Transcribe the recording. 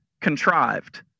contrived